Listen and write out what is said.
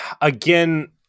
Again